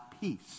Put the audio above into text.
peace